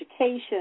education